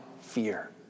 fear